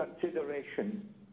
consideration